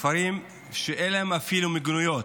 כפרים שאין להם אפילו מיגוניות.